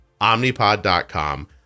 Omnipod.com